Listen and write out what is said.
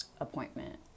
appointment